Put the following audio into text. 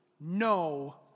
no